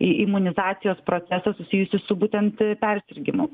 imunizacijos procesą susijusį su būtent persirgimu